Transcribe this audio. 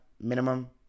minimum